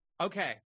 Okay